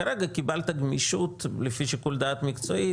כרגע קיבלת גמישות לפי שיקול דעת מקצועי,